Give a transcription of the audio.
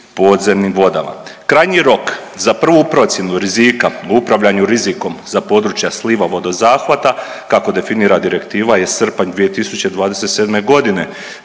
podzemnim vodama. Krajnji rok za prvu procjenu rizika o upravljanju rizikom za područja sliva vodozahvata kako definira direktiva je srpanj 2027. godine.